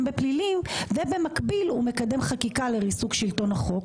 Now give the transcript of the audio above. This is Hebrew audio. בפלילים ובמקביל הוא מקדם חקיקה לריסוק שלטון החוק.